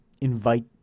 invite